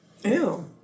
Ew